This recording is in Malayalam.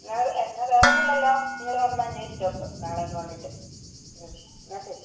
എന്നാൽ എന്നാൽ വേറെ ഒന്നുമില്ലല്ലോ നിങ്ങൾ വന്ന് അന്വേഷിച്ച് നോക്ക് നാളെ ഒന്ന് വന്നിട്ട് എന്നാൽ ശരി